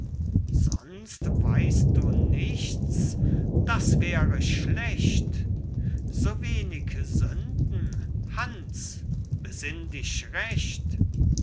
sonst weißt du nichts das wäre schlecht so wenig sünden hans besinn dich recht